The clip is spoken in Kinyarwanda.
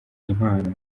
impano